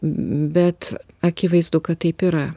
bet akivaizdu kad taip yra